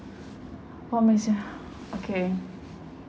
what makes you okay